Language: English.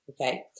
okay